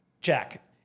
Jack